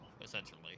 essentially